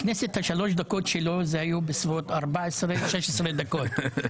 בכנסת שלוש הדקות שלו היו בסביבות 16-14 דקות.